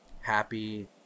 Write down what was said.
Happy